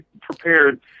prepared